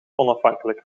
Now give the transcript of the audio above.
onafhankelijk